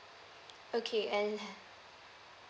okay and